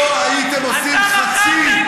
לא הייתם עושים חצי,